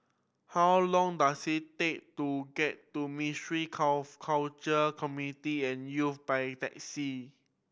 how long does it take to get to Ministry Culture Community and Youth by taxi